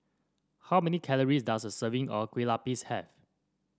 how many calories does a serving of Kue Lupis have